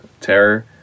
Terror